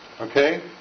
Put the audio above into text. Okay